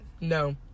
No